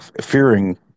fearing